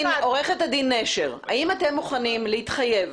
עורכת הדין נשר, האם אתם מוכנים להתחייב